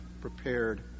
prepared